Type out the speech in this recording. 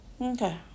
Okay